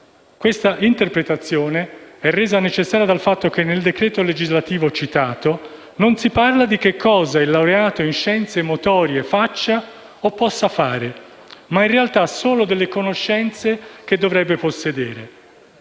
Questa interpretazione è resa necessaria dal fatto che nel decreto legislativo citato non si parla di che cosa il laureato in scienze motorie faccia o possa fare, ma in realtà solo delle conoscenze che dovrebbe possedere.